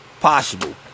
possible